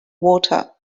water